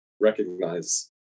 recognize